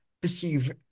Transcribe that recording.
perceive